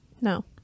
no